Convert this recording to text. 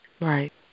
Right